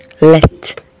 Let